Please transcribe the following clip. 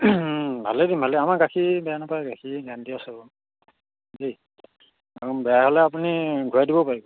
ভালেই দিম ভালেই আমাৰ গাখীৰ বেয়া নাপায় গাখীৰ গেৰান্টী আছে বাৰু দেই বেয়া হ'লে আপুনি ঘূৰাই দিবও পাৰিব